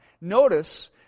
Notice